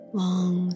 long